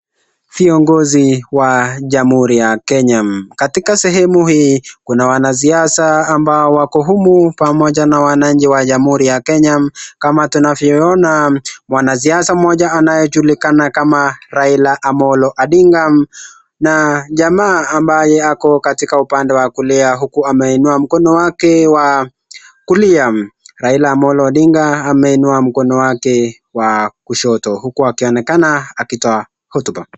Viogozi wa jamuhuri ya kenya. Katika sehemu hii kuna wanasiasa ambao wako humu pamoja na wananchi wa jamuhuri ya kenya. Kama tunavyoona mwanasiasa mmoja anayejulikana kama Raila Amollo Odinga na jamaa ambaye ako katika upande wa kulia huku ameinua mkono wake wa kulia. Raila Amollo Odinga ameinua mkono wake wa kushoto huku akionekana akitoa hotuba.